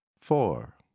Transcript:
Four